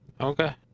Okay